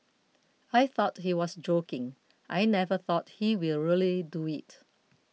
I thought he was joking I never thought he will really do it